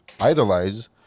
idolize